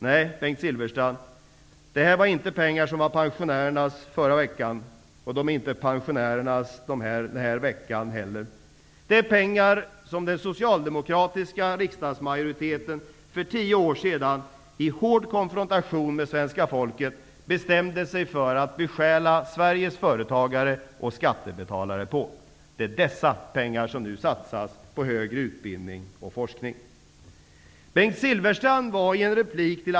Nej, Bengt Silverstrand, det här var inte pensionärernas pengar förra veckan, och det är inte pensionärernas den här veckan heller. Det är pengar som den socialdemokratiska riksdagsmajoriteten för tio år sedan, i hård konfrontation med svenska folket, bestämde sig för att stjäla från Sveriges företagare och skattebetalare. Det är dessa pengar som nu satsas på högre utbildning och forskning.